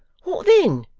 what then